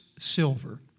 silver